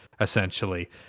essentially